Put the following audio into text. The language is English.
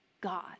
God